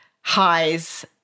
highs